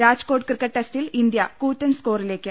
Rajkot cricket ടെസ്റ്റിൽ India കൂറ്റൻ സ്കോറിലേക്ക്